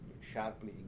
sharply